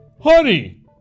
Honey